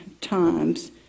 times